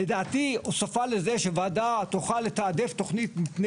לדעתי הוספה לזה שוועדה תוכל לתעדף תוכנית מפני